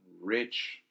Rich